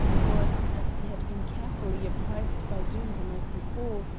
was, as he had been carefully apprised by doom the night before,